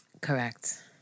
Correct